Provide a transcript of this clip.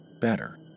better